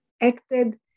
acted